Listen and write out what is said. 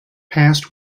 past